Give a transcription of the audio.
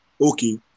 Okay